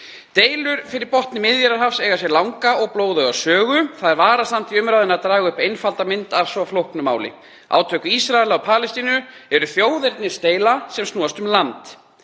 Deilur fyrir botni Miðjarðarhafs eiga sér langa og blóðuga sögu. Það er varasamt í umræðunni að draga upp einfalda mynd af svo flóknu máli. Átök Ísraels og Palestínu eru þjóðernisdeila sem snýst um land.